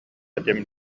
этим